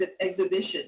exhibition